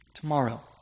tomorrow